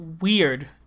weird